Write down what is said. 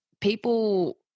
people